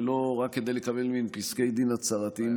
ולא רק כדי לקבל מעין פסקי דין הצהרתיים,